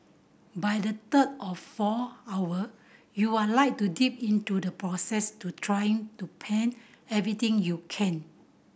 by the third or fourth hour you are like deep into the process to trying to paint everything you can